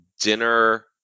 dinner